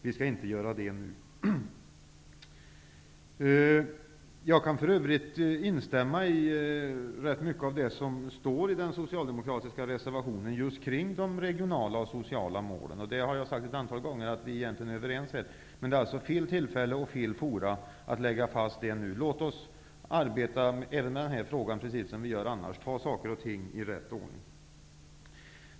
Det skall vi inte göra nu. Jag kan för övrigt instämma i rätt mycket av det som står i den socialdemokratiska reservationen om de regionala och sociala målen. Jag har sagt ett antal gånger att vi egentligen är överens här. Men det är alltså fel tillfälle och fel forum att lägga fast det nu. Låt oss arbeta med den här frågan som vi gör annars och ta saker och ting i rätt ordning.